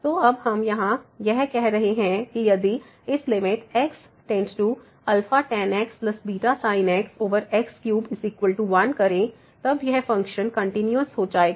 तो अब हम यहाँ यह कर रहे हैं कि यदि इस limit xtan x βsin x x31 करें तब यह फ़ंक्शन कंटिन्यूस हो जाएगा